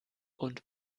und